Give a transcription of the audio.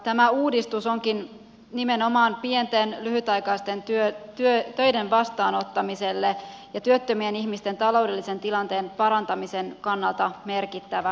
tämä uudistus onkin nimenomaan pienten lyhytaikaisten töiden vastaanottamisen ja työttömien ihmisten taloudellisen tilanteen parantamisen kannalta merkittävä asia